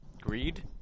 Greed